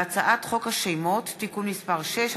הצעת חוק השמות (תיקון מס' 6),